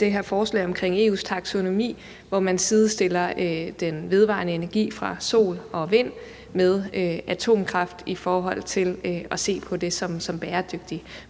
det her forslag om EU's taksonomi, hvor man sidestiller den vedvarende energi fra sol og vind med atomkraft i forhold til at se på det som bæredygtigt.